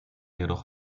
jedoch